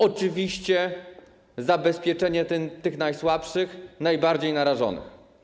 Oczywiście zabezpieczenie tych najsłabszych, najbardziej narażonych.